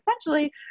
essentially